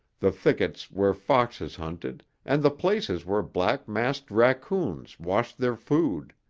the thickets where foxes hunted and the places where black-masked raccoons washed their food.